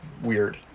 weird